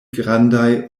grandaj